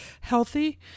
healthy